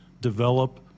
develop